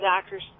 doctors